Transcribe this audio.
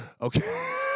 Okay